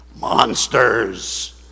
Monsters